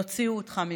יוציאו אותך מבלפור.